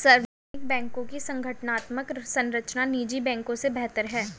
सार्वजनिक बैंकों की संगठनात्मक संरचना निजी बैंकों से बेहतर है